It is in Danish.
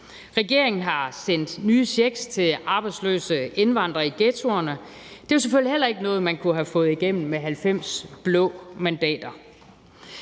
Regeringen har sendt nye checks til arbejdsløse indvandrere i ghettoerne, og det er jo selvfølgelig heller ikke noget, man kunne have fået igennem med 90 blå mandater.